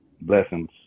Blessings